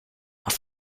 auf